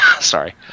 Sorry